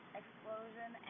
explosion